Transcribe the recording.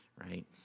right